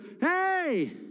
hey